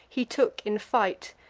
he took in fight,